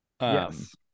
Yes